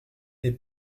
n’est